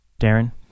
Darren